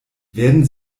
werden